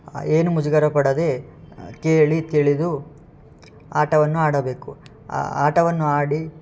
ಏನು ಮುಜುಗರ ಪಡದೆ ಕೇಳಿ ತಿಳಿದು ಆಟವನ್ನು ಆಡಬೇಕು ಆ ಆಟವನ್ನು ಆಡಿ